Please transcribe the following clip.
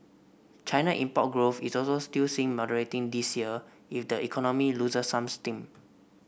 China import growth is also still seen moderating this year if the economy loses some steam